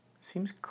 seems